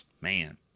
man